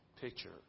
picture